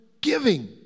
giving